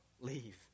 leave